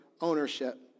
ownership